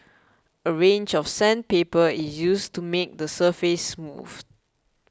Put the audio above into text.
a range of sandpaper is used to make the surface smooth